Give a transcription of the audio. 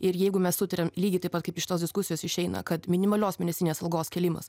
ir jeigu mes sutariam lygiai taip pat kaip iš tos diskusijos išeina kad minimalios mėnesinės algos kėlimas